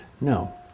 No